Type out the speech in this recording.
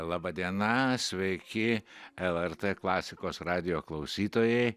laba diena sveiki lrt klasikos radijo klausytojai